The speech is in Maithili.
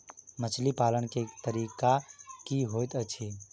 मछली पालन केँ तरीका की होइत अछि?